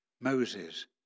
Moses